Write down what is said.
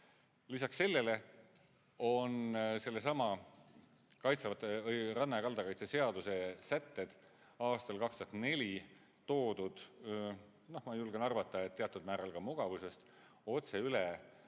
Lisaks sellele on sellesama ranna ja kalda kaitse seaduse sätted aastal 2004 toodud, ma julgen arvata, et teatud määral ka mugavusest otse üle